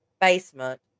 basement